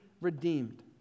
redeemed